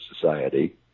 Society